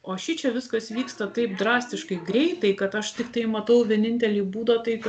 o šičia viskas vyksta taip drastiškai greitai kad aš tiktai matau vienintelį būdą taip